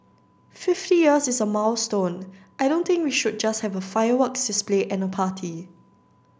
fifty years is a milestone I don't think we should just have a fireworks display and a party